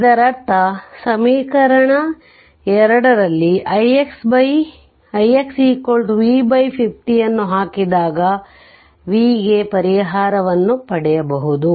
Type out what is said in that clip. ಇದರರ್ಥ ಸಮೀಕರಣದಲ್ಲಿ ixV50 ಅನ್ನು ಹಾಕಿದಾಗ V ಗೆ ಪರಿಹಾರವನ್ನು ಪಡೆಯಬಹುದು